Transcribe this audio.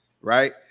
right